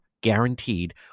guaranteed